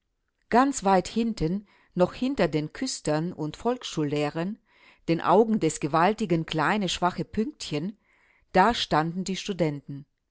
ganz weit hinten noch hinter den küstern und volksschullehrern den augen des gewaltigen kleine schwache pünktchen da standen die studenten